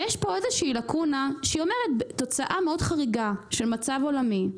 יש פה תוצאה מאוד חריגה של מצב עולמי,